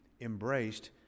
embraced